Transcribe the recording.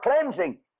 cleansing